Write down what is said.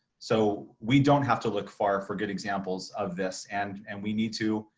so we don't have to look far for good examples of this. and and we need to,